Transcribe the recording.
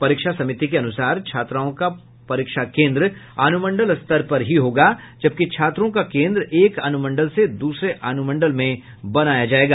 परीक्षा समिति के अनुसार छात्राओं का परीक्षा केंद्र अनुमंडल स्तर पर ही होगा जबकि छात्रों का केंद्र एक अनुमंडल से दूसरे अनुमंडल में बनाया जायेगा